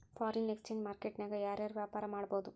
Foreign exchange market ನ್ಯಾಗ ಯಾರ್ ಯಾರ್ ವ್ಯಾಪಾರಾ ಮಾಡ್ಬೊದು?